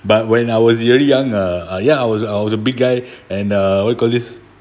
but when I was really young uh ya I was I was a big guy and uh what you call this